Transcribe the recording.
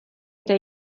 eta